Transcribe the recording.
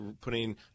putting